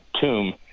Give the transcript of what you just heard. tomb